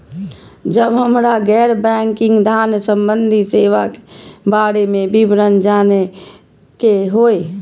जब हमरा गैर बैंकिंग धान संबंधी सेवा के बारे में विवरण जानय के होय?